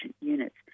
units